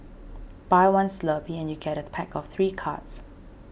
buy one Slurpee and you get a pack of three cards